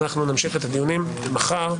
אנחנו נמשיך את הדיונים מחר.